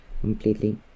completely